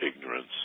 ignorance